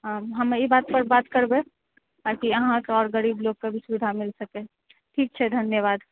हँ हमे ई बात पर बात करबै ताकि अहाँके और गरीब लोकके भी सुबिधा मिल सकै ठीक छै धन्यवाद